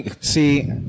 See